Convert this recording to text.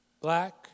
Black